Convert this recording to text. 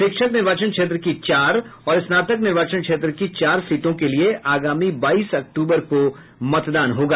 शिक्षक निर्वाचन क्षेत्र की चार और स्नातक निर्वाचन क्षेत्र की चार सीटों के लिए आगामी बाईस अक्टूबर को मतदान होगा